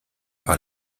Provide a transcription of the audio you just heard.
par